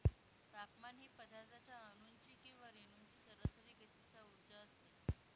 तापमान ही पदार्थाच्या अणूंची किंवा रेणूंची सरासरी गतीचा उर्जा असते